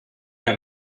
der